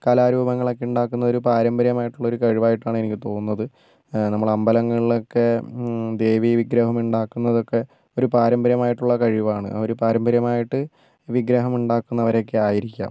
കലാരൂപങ്ങളൊക്കെ ഉണ്ടാക്കുന്നതൊരു പാരമ്പര്യമായിട്ടുള്ള ഒരു കഴിവായിട്ടാണ് എനിക്ക് തോന്നുന്നത് നമ്മൾ അമ്പലങ്ങളിലൊക്കെ ദേവീ വിഗ്രഹങ്ങൾ ഉണ്ടാക്കുന്നത് ഒക്കെ ഒരു പാരമ്പര്യമായിട്ടുള്ള കഴിവാണ് അവർ പാരമ്പര്യമായിട്ട് വിഗ്രഹം ഉണ്ടാക്കുന്നവരൊക്കെ ആയിരിക്കാം